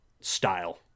style